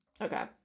Okay